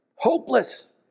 Hopeless